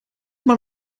man